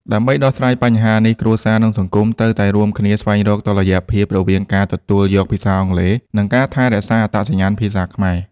ដើម្បីដោះស្រាយបញ្ហាទាំងនេះ គ្រួសារ និងសង្គមត្រូវតែរួមគ្នាស្វែងរកតុល្យភាពរវាងការទទួលយកភាសាអង់គ្លេស និងការថែរក្សាអត្តសញ្ញាណភាសាខ្មែរ។